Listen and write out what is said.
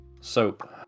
Soap